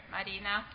Marina